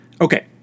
Okay